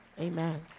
Amen